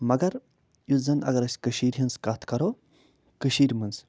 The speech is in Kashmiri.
مگر یُس زَنہٕ اَگر أسۍ کٔشیٖرِ ہِنٛز کَتھ کَرو کٔشیٖرِ منٛز